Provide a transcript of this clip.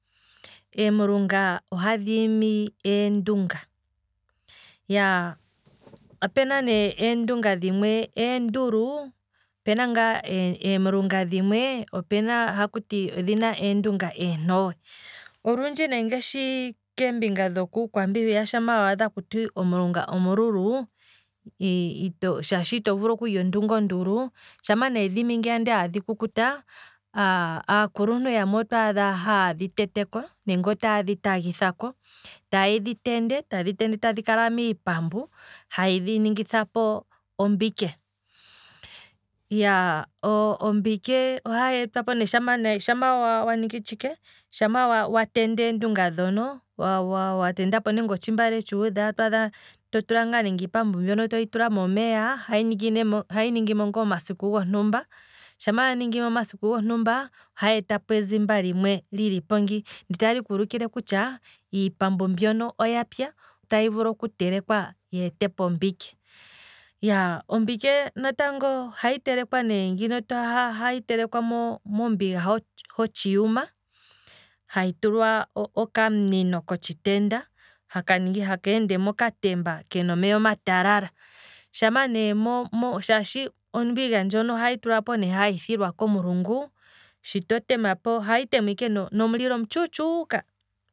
Em'lunga ohadhi imi eendunga, yaaa, opena nee endunga dhimwe eendulu, opena em'lunga dhimwe ohakuti odhina eendunga eentowe, olundji ne ngashi kombinga hokuukwambi nge owaadha akuti omulunga ngono omululu, shaashi ito vulu okulya ondunga ondulu, shama ne dhiimingiya nde adhi kukuta, aakuluntu yamwe otwaadha taadhi teteko nenge taye dhi tagithako, taye dhi tende miipambu, aye dhiningithapo ombike, ombike ohahi etwapo nee shampa wa, shampa waningi tshike, shampa wa tende eendunga dhono wa tendapo nande otshimbale tshuudha, totula nande iipambu mbyoka momeya, ohayi ningimo ngaa omasiku gontumba, shampa ya ningi mo omasiku gontumba, ohayi etapo ezimba limwe lilipo ngi sho tatshi kuulukile kutya iipambu mbyono oyapya otayi vulu oku telekwa yeetepo ombike, ombike natango ohahi telekwa ne ngini, ohahi telekwa mo- mombiga hotshiyuma, hahi tulwa okamunino kotshitenda, haka ende mokatemba kena omeya omatalala, shampa nee shaashi ombiga ndjono ohahi tulwapo hathilwa komulungu, ohahi temwa ike nomulilo omutshuutshuka